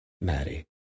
Maddie